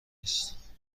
نیست